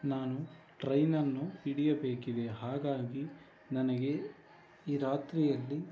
ನಾನು ಟ್ರೈನನ್ನು ಹಿಡಿಯಬೇಕಿದೆ ಹಾಗಾಗಿ ನನಗೆ ಈ ರಾತ್ರಿಯಲ್ಲಿ